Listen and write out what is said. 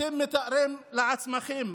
אתם מתארים לעצמכם,